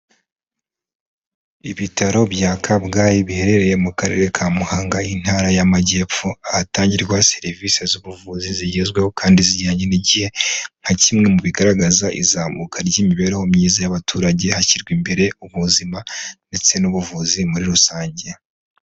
Ibitaro bya Kabgayi biherereye mu karere ka Muhanga intara y'amajyepfo, ahatangirwa serivisi z'ubuvuzi zigezweho kandi zijyanye n'igihe nka kimwe mu bigaragaza izamuka ry'imibereho myiza y'abaturage, hashyirwa imbere ubuzima ndetse n'ubuvuzi muri rusange.